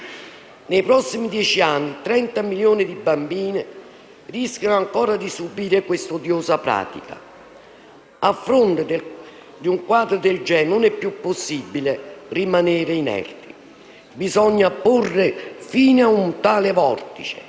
Nei prossimi dieci anni, 30 milioni di bambine rischiano ancora di subire questa odiosa pratica. A fronte di un quadro del genere non è più possibile rimanere inerti. Bisogna porre fine a un tale vortice